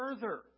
further